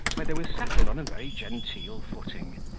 where they were settled on a very genteel footing,